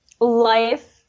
life